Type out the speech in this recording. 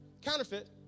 counterfeit